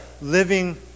living